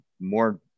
more